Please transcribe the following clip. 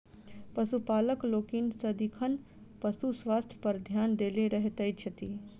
पशुपालक लोकनि सदिखन पशु स्वास्थ्य पर ध्यान देने रहैत छथि